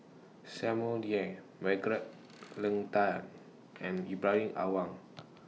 Samuel Dyer Margaret Leng Tan and Ibrahim Awang